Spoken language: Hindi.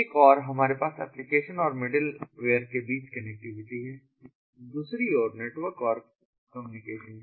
एक और हमारे पास एप्लीकेशन और मिडिल वेयर के बीच कनेक्टिविटी है दूसरी ओर नेटवर्क और कम्युनिकेशन है